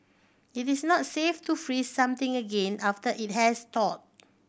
it is not safe to freeze something again after it has thawed